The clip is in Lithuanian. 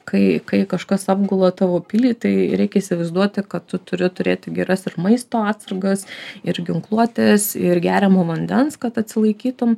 kai kažkas apgula tavo pilį tai reikia įsivaizduoti kad tu turi turėti geras ir maisto atsargas ir ginkluotės ir geriamo vandens kad atsilaikytum